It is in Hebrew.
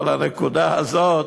אבל הנקודה הזאת,